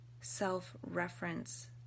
self-reference